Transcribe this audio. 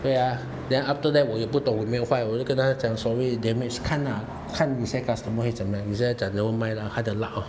对啊 then after that 我又不懂有没有坏我就跟他讲 sorry damage 看啦看有些 customer 会怎样有些会 never mind lah 他的 luck lor